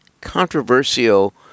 controversial